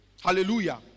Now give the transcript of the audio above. hallelujah